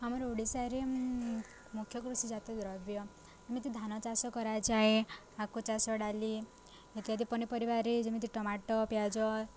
ଆମର ଓଡ଼ିଶାରେ ମୁଖ୍ୟ କୃଷି ଜାତୀୟ ଦ୍ରବ୍ୟ ଯେମିତି ଧାନ ଚାଷ କରାଯାଏ ଆଖୁ ଚାଷ ଡାଲି ଇତ୍ୟାଦି ପନିପରିବାରେ ଯେମିତି ଟମାଟୋ ପିଆଜ